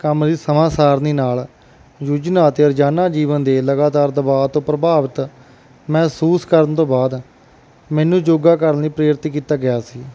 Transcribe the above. ਕੰਮ ਦੀ ਸਮਾਂ ਸਾਰਣੀ ਨਾਲ ਜੂਝਣਾ ਅਤੇ ਰੋਜ਼ਾਨਾ ਜੀਵਨ ਦੇ ਲਗਾਤਾਰ ਦਬਾਅ ਤੋਂ ਪ੍ਰਭਾਵਿਤ ਮਹਿਸੂਸ ਕਰਨ ਤੋਂ ਬਾਅਦ ਮੈਨੂੰ ਯੋਗਾ ਕਰਨ ਲਈ ਪ੍ਰੇਰਿਤ ਕੀਤਾ ਗਿਆ ਸੀ